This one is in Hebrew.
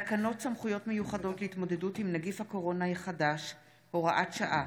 תקנות סמכויות מיוחדות להתמודדות עם נגיף הקורונה החדש (הוראת שעה)